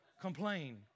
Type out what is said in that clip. complain